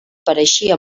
pareixia